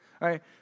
right